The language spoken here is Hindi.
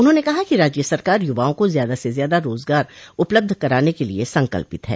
उन्होंने कहा कि राज्य सरकार युवाओं को ज्यादा से ज्यादा रोजगार उपलब्ध कराने के लिये संकल्पित है